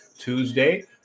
Tuesday